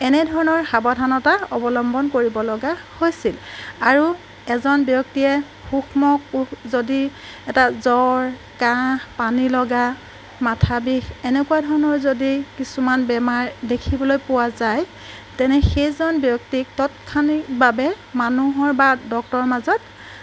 এনেধৰণৰ সাৱধানতা অৱলম্বন কৰিব লগা হৈছিল আৰু এজন ব্যক্তিয়ে সুক্ষ্ম ৰোগ যদি এটা জ্বৰ কাহ পানীলগা মাথা বিষ এনেকুৱা ধৰণৰ যদি কিছুমান বেমাৰ দেখিবলৈ পোৱা যায় তেনে সেইজন ব্যক্তিক তৎক্ষণিকভাৱে মানুহৰ বা ডক্টৰৰ মাজত